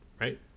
Right